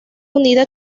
unida